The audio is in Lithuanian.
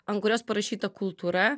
ant kurios parašyta kultūra